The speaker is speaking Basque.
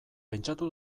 pentsatu